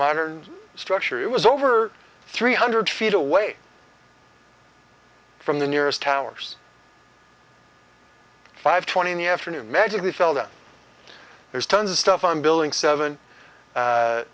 modern structure it was over three hundred feet away from the nearest towers five twenty in the afternoon magically fell that there's tons of stuff on building seven